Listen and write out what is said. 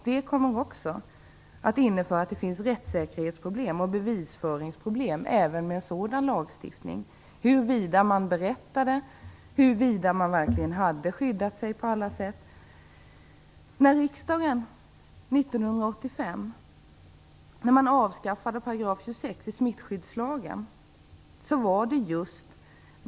Det kommer att bli rättssäkerhetsproblem och bevisföringsproblem även med den föreslagna lagen - huruvida man berättar allt, huruvida man verkligen skyddat sig på alla sätt. Riksdagen avskaffade 1985 26 § smittskyddslagen.